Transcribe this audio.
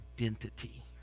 identity